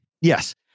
yes